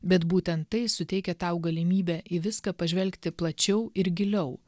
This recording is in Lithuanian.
bet būtent tai suteikia tau galimybę į viską pažvelgti plačiau ir giliau